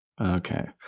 Okay